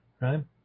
right